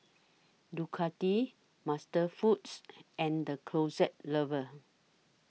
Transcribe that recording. Ducati MasterFoods and The Closet Lover